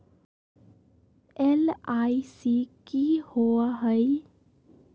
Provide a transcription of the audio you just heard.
LIC की होअ हई?